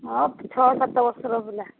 ମୋ ଛଅ ସାତ ବର୍ଷର ପିଲା